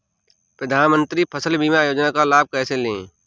प्रधानमंत्री फसल बीमा योजना का लाभ कैसे लें?